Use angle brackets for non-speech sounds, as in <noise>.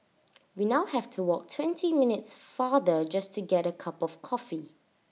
<noise> we now have to walk twenty minutes farther just to get A cup of coffee